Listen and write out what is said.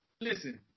listen